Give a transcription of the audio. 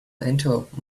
antelope